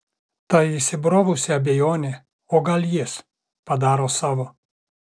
ta įsibrovusi abejonė o gal jis padaro savo